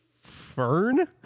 fern